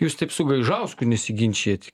jūs taip su gaižauskui nesiginčyjat